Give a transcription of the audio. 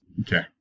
Okay